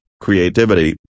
creativity